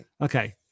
Okay